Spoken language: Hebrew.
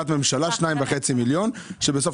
2.5 מיליון שקלים,